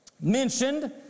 mentioned